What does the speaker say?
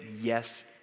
Yes